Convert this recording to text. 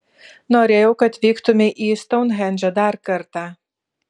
norėjau kad vyktumei į stounhendžą dar kartą